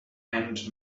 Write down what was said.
and